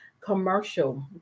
commercial